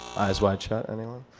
eyes wide shut, anyone?